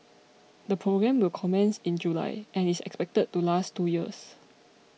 the programme will commence in July and is expected to last two years